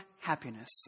happiness